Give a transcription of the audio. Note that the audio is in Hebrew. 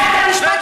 גם ממך.